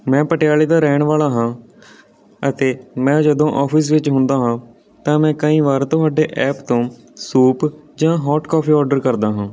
ਮੈਂ ਪਟਿਆਲੇ ਦਾ ਰਹਿਣ ਵਾਲਾ ਹਾਂ ਅਤੇ ਮੈਂ ਜਦੋਂ ਔਫਿਸ ਵਿੱਚ ਹੁੰਦਾ ਹਾਂ ਤਾਂ ਮੈਂ ਕਈ ਵਾਰ ਤੁਹਾਡੇ ਐਪ ਤੋਂ ਸੂਪ ਜਾਂ ਹੋਟ ਕੌਫੀ ਔਡਰ ਕਰਦਾ ਹਾਂ